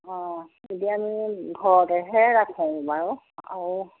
অঁ এতিয়া আমি ঘৰতেহে ৰাখোঁ বাৰু আৰু